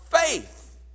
faith